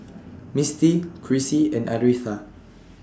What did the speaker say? Misty Krissy and Aretha